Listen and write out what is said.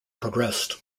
progressed